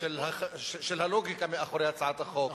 של הלוגיקה מאחורי הצעת החוק,